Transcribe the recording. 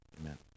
Amen